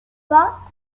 pas